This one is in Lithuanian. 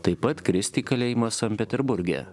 taip pat kristi į kalėjimą sankt peterburge